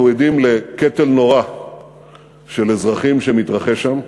אנחנו עדים לקטל נורא של אזרחים שמתרחש שם.